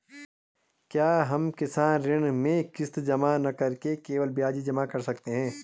क्या हम किसान ऋण में किश्त जमा न करके केवल ब्याज ही जमा कर सकते हैं?